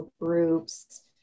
groups